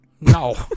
No